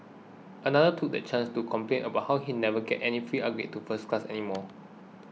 another took the chance to complain about how he never gets any free upgrades to first class anymore